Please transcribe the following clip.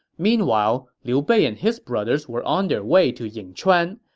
meanwhile, liu bei and his brothers were on their way to yingchuan.